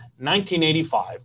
1985